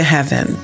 Heaven